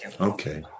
Okay